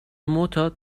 معتاد